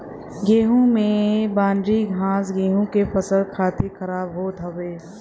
गेंहू में बनरी घास गेंहू के फसल खातिर खराब होत हउवे